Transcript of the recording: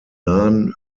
nahen